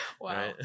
wow